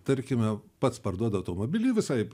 tarkime pats parduoda automobilį visai